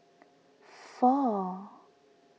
four